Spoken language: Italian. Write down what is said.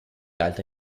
altre